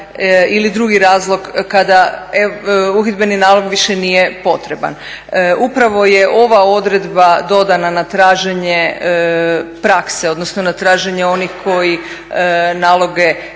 Ili drugi razlog kada uhidbeni nalog više nije potreban. Upravo je ova odredba dodana na traženje prakse, odnosno na traženje onih koji naloge